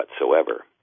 whatsoever